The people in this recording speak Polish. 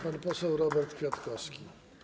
Pan poseł Robert Kwiatkowski.